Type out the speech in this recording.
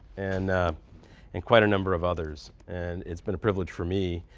and and quite a number of others. and it's been a privilege for me.